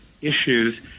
issues